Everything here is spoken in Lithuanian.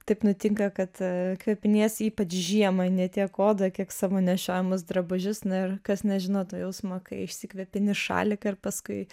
taip nutinka kad kvepiniesi ypač žiemą ne tiek kodą kiek savo nešiojamus drabužius na ir kas nežino to jausmo kai išsikvepia nes šaliką ir paskui